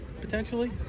potentially